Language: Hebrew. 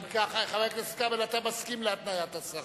אם כך, חבר הכנסת כבל, אתה מסכים להתניית השרה.